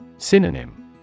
Synonym